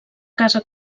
casa